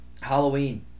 Halloween